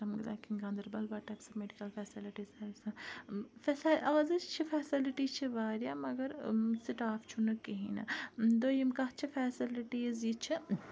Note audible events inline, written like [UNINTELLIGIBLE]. [UNINTELLIGIBLE] آز حظ چھِ فیسَلٹی چھِ واریاہ مَگَر سٹاف چھُنہٕ کِہیٖنہٕ دوٚیِم کَتھ چھِ فیسَلٹیز یہِ چھِ